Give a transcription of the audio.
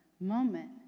moment